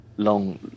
long